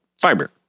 fiber